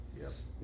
Yes